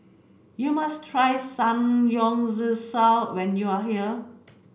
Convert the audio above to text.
you must try Samgeyopsal when you are here